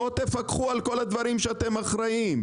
בואו תפקחו על הדברים שאתם אחראים,